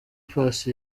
paccy